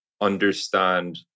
understand